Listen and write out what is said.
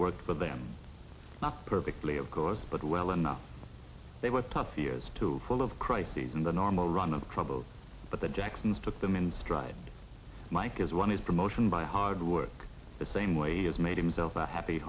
worked with them not perfectly of course but well enough they were tough years too full of crises in the normal run of trouble but the jacksons took them in stride mike as one is promotion by hard work the same way as made himself a happy